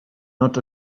not